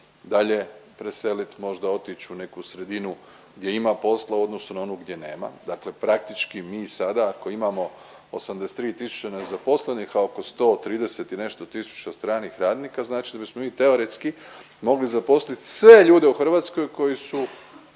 dalje preselit, možda otić u neku sredinu gdje ima posla u odnosu na onu gdje nema. Dakle praktički mi sada ako imamo 83 tisuće nezaposlenih, a oko 130 i nešto tisuća stranih radnika, znači da smo mi teoretski mogli zaposliti sve ljude u Hrvatskoj koji su